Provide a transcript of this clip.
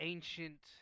ancient